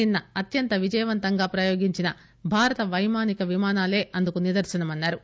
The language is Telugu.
నిన్న అత్యంత విజయవంతంగా ప్రయోగించిన భారత పైమానిక విమానాలే అందుకు నిదర్తనమన్నా రు